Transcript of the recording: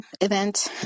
event